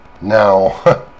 Now